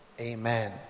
Amen